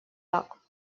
так